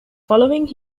following